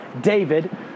David